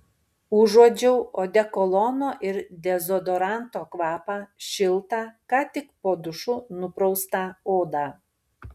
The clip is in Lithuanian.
užuodžiau odekolono ir dezodoranto kvapą šiltą ką tik po dušu nupraustą odą